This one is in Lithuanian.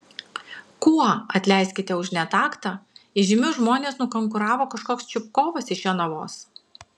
kuo atleiskite už netaktą įžymius žmones nukonkuravo kažkoks čupkovas iš jonavos